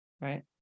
Right